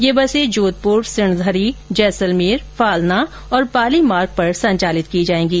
यह बसें जोधपुर सिणधरी जैसलमेर फालना और पाली मार्ग पर संचालित की जाएंगी